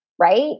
right